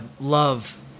love